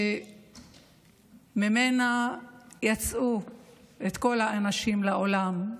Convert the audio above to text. ושממנה יצאו כל האנשים לעולם,